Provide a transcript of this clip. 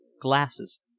glasses